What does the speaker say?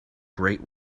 great